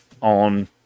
on